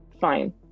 fine